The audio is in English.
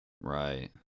Right